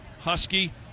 Husky